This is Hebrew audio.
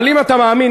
אבל אם אתה מאמין,